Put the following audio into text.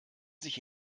sich